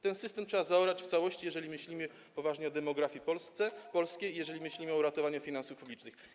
Ten system trzeba zaorać w całości, jeżeli myślimy poważnie o demografii polskiej i jeżeli myślimy o ratowaniu finansów publicznych.